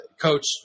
coach